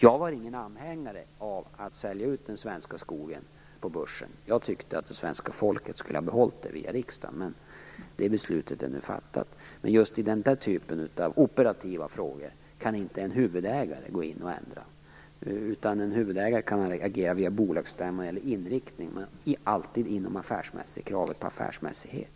Jag var ingen anhängare av att sälja ut den svenska skogen på Börsen, utan jag tyckte att svenska folket skulle ha behållit den via riksdagen. Beslut är emellertid nu fattat. Just i den typen av operativa frågor kan en huvudägare inte gå in och ändra. En huvudägare kan agera via bolagsstämman vad gäller inriktningen, men det ska alltid ske utifrån kravet på affärsmässighet.